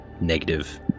negative